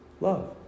love